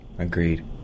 Agreed